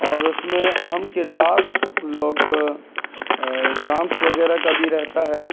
اور اس میں اہم کردار لوگ ڈانس وغیرہ کا بھی رہتا ہے